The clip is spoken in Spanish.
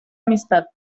amistad